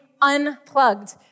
unplugged